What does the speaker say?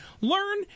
Learn